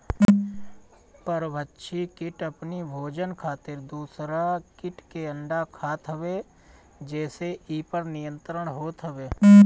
परभक्षी किट अपनी भोजन खातिर दूसरा किट के अंडा खात हवे जेसे इ पर नियंत्रण होत हवे